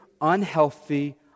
unhealthy